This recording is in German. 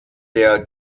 der